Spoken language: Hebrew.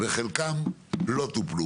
וחלקם לא טופלו.